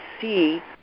see